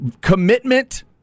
commitment